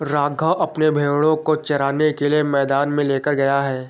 राघव अपने भेड़ों को चराने के लिए मैदान में लेकर गया है